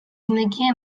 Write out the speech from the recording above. nekien